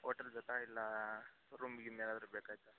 hotel ಬೇಕಾ ಇಲ್ಲ room ಗೀಮ್ ಏನಾದರು ಬೇಕಾಗಿತ್ತ